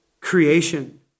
creation